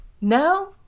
No